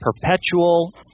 perpetual